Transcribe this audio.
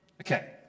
Okay